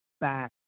back